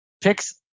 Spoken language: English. picks